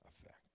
effect